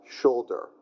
shoulder